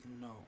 No